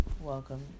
Welcome